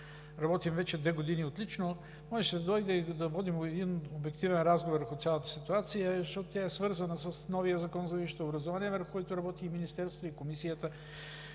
работим вече две години отлично – можеше да дойда и да водим един обективен разговор върху цялата ситуация, защото тя е свързана с новия Закон за висшето образование, върху който работи и Министерството, и Комисията.